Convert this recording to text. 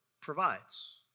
provides